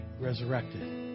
resurrected